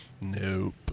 Nope